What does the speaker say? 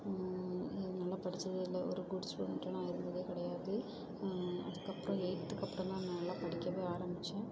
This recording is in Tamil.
நல்லா படிச்சதே இல்லை ஒரு குட் ஸ்டூடண்ட்டு நான் இருந்ததே கிடையாது அதுக்கப்புறோம் எயித்துக்கப்றம் தான் நான் நல்லா படிக்கவே ஆரமிச்சேன்